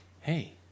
Hey